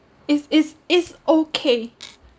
is is is okay